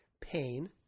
Pain